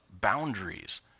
boundaries